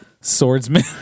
swordsman